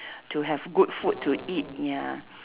to have good food to eat ya